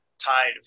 tide